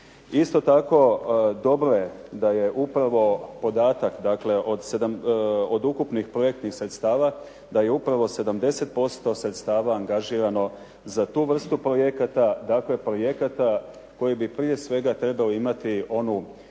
Isto tako, dobro je da je upravo podatak dakle od ukupnih projektnih sredstava, da je upravo 70% sredstava angažirano za tu vrstu projekata, dakle projekata koji bi prije svega trebali imati onu